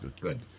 good